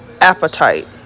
appetite